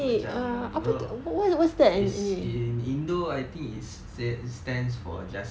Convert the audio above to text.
macam you know is in indo I think it's stands for